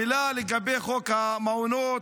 מילה לגבי חוק המעונות.